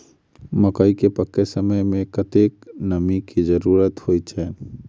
मकई केँ पकै समय मे कतेक नमी केँ जरूरत होइ छै?